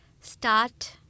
start